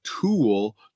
tool